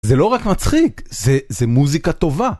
זה לא רק מצחיק, זה מוזיקה טובה.